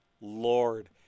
Lord